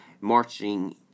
marching